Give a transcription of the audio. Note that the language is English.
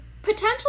potentially